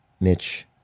Mitch